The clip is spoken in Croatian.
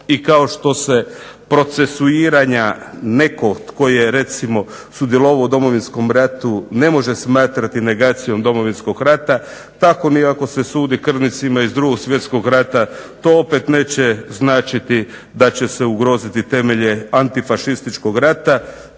I kao što se procesuiranja nekog tko je recimo sudjelovao u Domovinskom ratu ne može smatrati negacijom Domovinskog rata, tako ni ako se sudi krvnicima iz 2. svjetskog rata to opet neće značiti da će se ugroziti temelje Antifašističkog rata